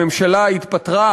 הממשלה התפטרה,